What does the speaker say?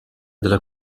della